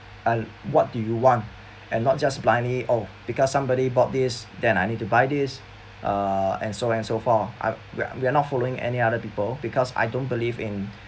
what do you want and not just blindly oh because somebody bought this then I need to buy this uh and so and so forth uh we're we are not following any other people because I don't believe in